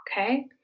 okay